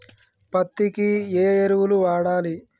పత్తి కి ఏ ఎరువులు వాడాలి?